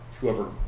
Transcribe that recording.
whoever